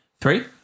Three